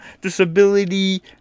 disability